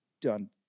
done